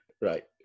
right